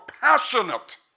passionate